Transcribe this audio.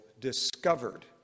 discovered